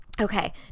Okay